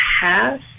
half